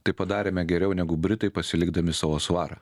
tai padarėme geriau negu britai pasilikdami savo svarą